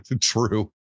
True